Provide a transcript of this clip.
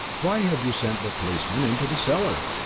why have you sent the policeman into the cellar?